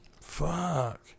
Fuck